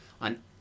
on